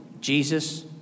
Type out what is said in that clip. Jesus